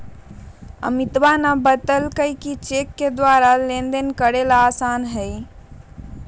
अमितवा ने बतल कई कि चेक के द्वारा लेनदेन करे ला आसान हई